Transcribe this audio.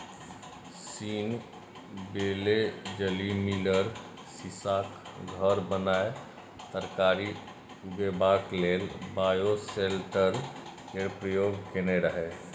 scene Wellesley Miller सीशाक घर बनाए तरकारी उगेबाक लेल बायोसेल्टर केर प्रयोग केने रहय